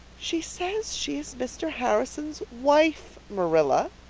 she says she is mr. harrison's wife, marilla.